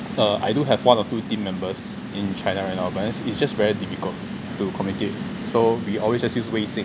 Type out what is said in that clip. err I do have one or two team members in china right now but it's just very difficult to communicate so we always just use 微信